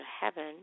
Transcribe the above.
heaven